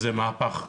זה מהפך.